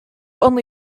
only